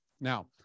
Now